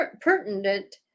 Pertinent